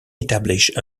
establish